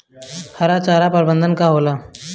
हरा चारा प्रबंधन का होला?